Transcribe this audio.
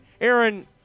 Aaron